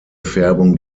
färbung